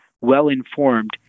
well-informed